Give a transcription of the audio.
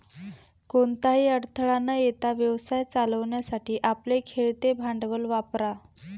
कोणताही अडथळा न येता व्यवसाय चालवण्यासाठी आपले खेळते भांडवल वापरा